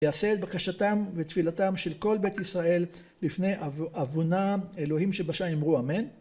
יעשה את בקשתם ותפילתם של כל בית ישראל לפני אבונם אלוהים שבשמים ואמרו אמן